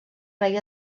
rei